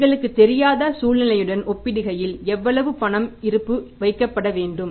எங்களுக்குத் தெரியாத சூழ்நிலையுடன் ஒப்பிடுகையில் எவ்வளவு பண இருப்பு வைக்கப்பட வேண்டும்